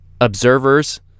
observers